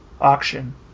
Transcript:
auction